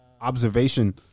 observation